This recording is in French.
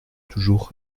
toujours